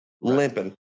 limping